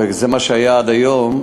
וזה מה שהיה עד היום,